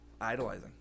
idolizing